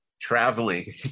traveling